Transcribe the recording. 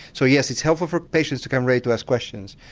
so yes, it's helpful for patients to come ready to ask questions,